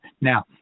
Now